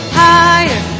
higher